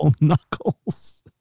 knuckles